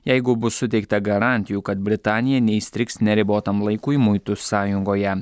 jeigu bus suteikta garantijų kad britanija neįstrigs neribotam laikui muitų sąjungoje